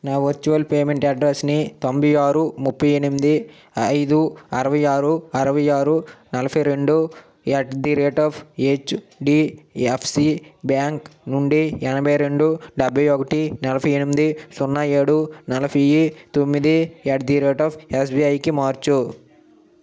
నా virtual payment అడ్రెస్స్ని తొంభై ఆరు ముప్పై ఎనిమిది ఐదు అరవై ఆరు అరవై ఆరు నలభై రెండు at the rate of HDFC bank నుండి ఎనభై రెండు డెబ్బై ఒకటి నలఫై ఎనిమిది సున్నా ఏడు నలఫై తొమ్మిది యట్ ది రేట్ ఆఫ్ ఎస్బిఐకి మార్చు